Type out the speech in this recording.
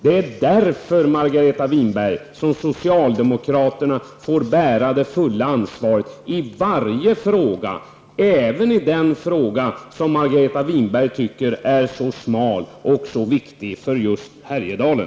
Det är därför, Margareta Winberg, som socialdemokraterna får bära det fulla ansvaret i varje fråga, även i den fråga som Margareta Winberg tycker är så smal men som är så viktig för just Härjedalen.